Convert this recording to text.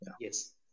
Yes